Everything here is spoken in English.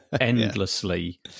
endlessly